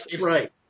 right